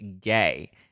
gay